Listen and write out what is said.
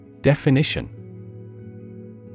Definition